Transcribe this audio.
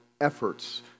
efforts